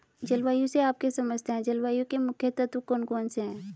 जलवायु से आप क्या समझते हैं जलवायु के मुख्य तत्व कौन कौन से हैं?